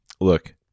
Look